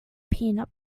peanut